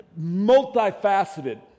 multifaceted